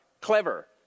clever